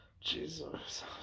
Jesus